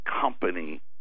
company